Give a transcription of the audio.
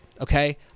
okay